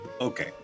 okay